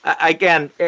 Again